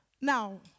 Now